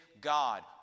God